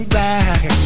back